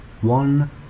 One